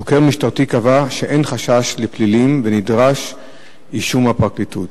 חוקר משטרתי קבע שאין חשש לפלילים ונדרש אישור מהפרקליטות.